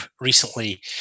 recently